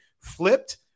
flipped